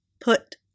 put